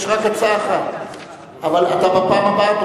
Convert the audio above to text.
אתה תוכל בפעם הבאה.